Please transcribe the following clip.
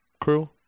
crew